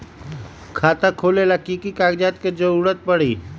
खाता खोले ला कि कि कागजात के जरूरत परी?